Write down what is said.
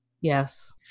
Yes